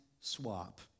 swap